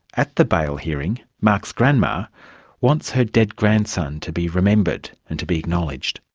at the bail hearing, mark's grandma wants her dead grandson to be remembered, and to be acknowledged.